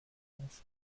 auf